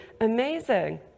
amazing